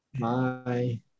bye